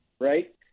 right